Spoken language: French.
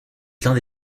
pleins